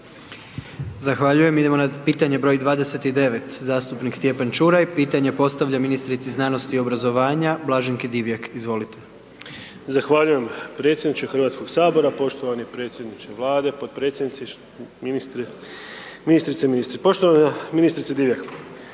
(HDZ)** Idemo na pitanje broj 29, zastupnik Stjepan Čuraj pitanje postavlja ministrici znanosti i obrazovanja Blaženki Divjak, izvolite. **Čuraj, Stjepan (HNS)** Zahvaljujem predsjedniče Hrvatskog sabora, poštovani predsjedniče Vlade, potpredsjednici, ministrice i ministri. Poštivana ministrice Divjak,